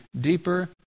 deeper